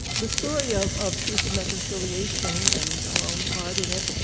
the story of of truth and reconciliation, and our own part in it,